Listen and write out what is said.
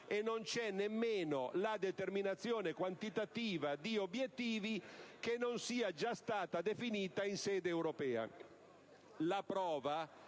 e non c'è nemmeno una determinazione quantitativa di obiettivi che non sia già stata definita in sede europea.